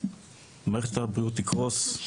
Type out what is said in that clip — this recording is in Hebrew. מערכת הבריאות תקרוס,